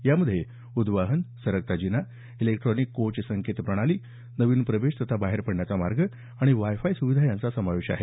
यामध्ये उदवाहन सरकता जिना इलेक्ट्रॉनिक कोच संकेत प्रणाली नवीन प्रवेश तथा बाहेर पडण्याचा मार्ग आणि वायफाय सुविधा यांचा समावेश आहे